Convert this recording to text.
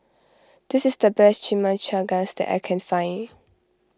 this is the best Chimichangas that I can find